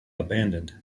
abandoned